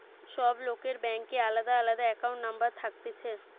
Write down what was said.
সব লোকের ব্যাংকে আলদা আলদা একাউন্ট নম্বর থাকতিছে